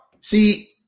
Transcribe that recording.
See